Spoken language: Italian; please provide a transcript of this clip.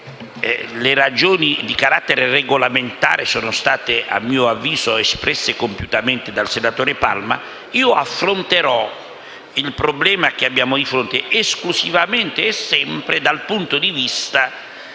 le questioni regolamentari sono state, a mio avviso, espresse compiutamente dal senatore Palma, io affronterò il problema che abbiamo davanti esclusivamente e sempre dal punto di vista